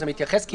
זה מתייחס לעסק.